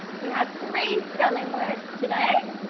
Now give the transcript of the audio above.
we have three spelling words today,